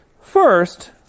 First